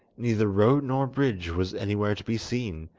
neither road nor bridge was anywhere to be seen,